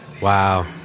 Wow